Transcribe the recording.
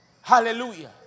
Hallelujah